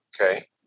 Okay